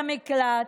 שאין לנו בכל הצפון,